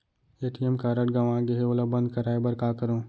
ATM card गंवा गे है ओला बंद कराये बर का करंव?